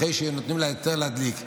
אחרי שנותנים לה היתר להדליק,